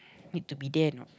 need to be there a not